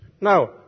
Now